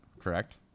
correct